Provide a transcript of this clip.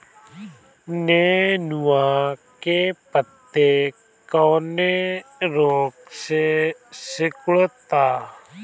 नेनुआ के पत्ते कौने रोग से सिकुड़ता?